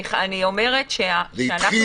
אני אומרת --- זה התחיל,